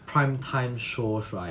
prime time shows right